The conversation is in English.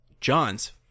Johns